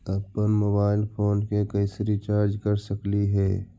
अप्पन mobile phone के कैसे रिचार्ज कर सकली हे?